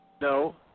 No